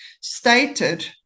stated